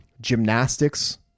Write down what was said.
gymnastics